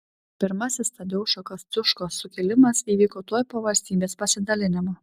pirmasis tadeušo kosciuškos sukilimas įvyko tuoj po valstybės pasidalinimo